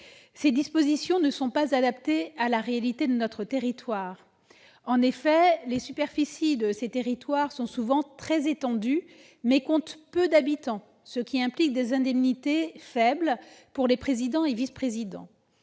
Ces dispositions ne sont pas adaptées à la réalité de notre territoire. En effet, les EPCI ont souvent une superficie très étendue, mais comptent peu d'habitants, ce qui implique des indemnités faibles pour leurs présidents et vice-présidents.